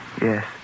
Yes